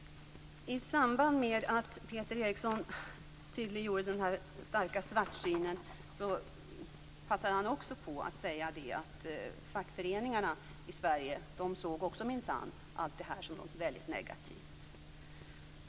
I samband med att Peter Eriksson tydliggjorde den starka svartsynen passade han också på att säga att fackföreningarna i Sverige såg det här som någonting väldigt negativt.